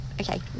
Okay